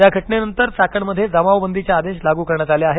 या घटनेनंतर चाकणमध्ये जमाव बंदीचे आदेश लागू करण्यात आले आहेत